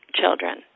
children